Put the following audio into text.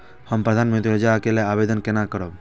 हम प्रधानमंत्री योजना के लिये आवेदन केना करब?